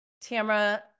Tamara